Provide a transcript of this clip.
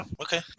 Okay